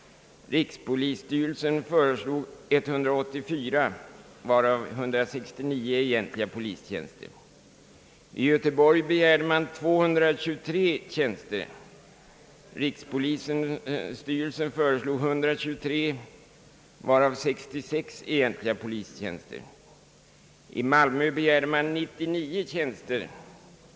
Rikspolisstyrelsen föreslog 184, varav 169 egentliga polismannatjänster. I Göteborg begärde man 223 nya tjänster. Rikspolisen föreslog 123, varav 66 egentliga polismannatjänster. I Malmö begärde man 99 nya tjänster.